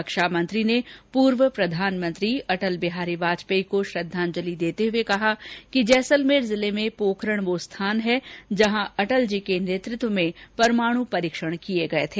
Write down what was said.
रक्षा मंत्री ने पूर्व प्रधानमंत्री अटल जी को श्रद्वांजलि देते हुए कहा कि जैसलमेर जिले में पोखरण वो स्थान है जहां अटल जी के नेतृत्व में परमाण् परीक्षण किये गये थे